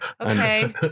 Okay